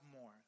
more